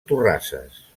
torrasses